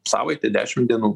savaitė dešim dienų